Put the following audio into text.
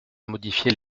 modifier